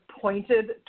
pointed